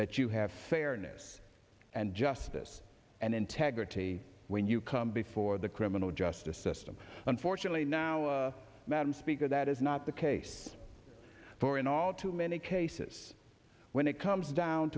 that you have fairness and justice and integrity when you come before the criminal justice system unfortunately now madam speaker that is not the case for in all too many cases when it comes down